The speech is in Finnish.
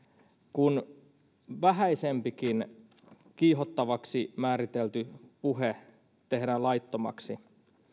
kun vähäisempikin kiihottavaksi määritelty puhe tehdään laittomaksi